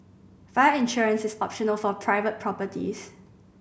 fire insurance is optional for private properties